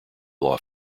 law